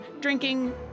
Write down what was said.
drinking